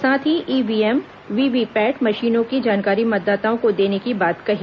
साथ ही ईव्हीएम और वीवीपैट मशीनों की जानकारी मतदाताओं को देने की बात कही